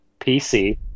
PC